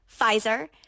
Pfizer